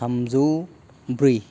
थामजौ ब्रै